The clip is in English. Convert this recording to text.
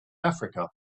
africa